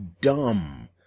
dumb